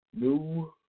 new